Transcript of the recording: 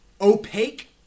opaque